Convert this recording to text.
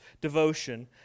devotion